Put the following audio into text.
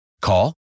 Call